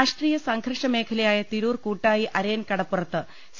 രാഷ്ട്രീയ സംഘർഷമേഖലയായ തിരൂർ കൂട്ടായി അരയൻ കടപ്പു റത്ത് സി